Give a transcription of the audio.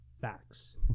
facts